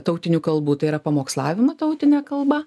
tautinių kalbų tai yra pamokslavimą tautine kalba